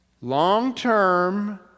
Long-term